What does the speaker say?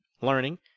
learning